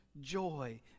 joy